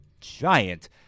giant